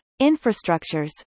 infrastructures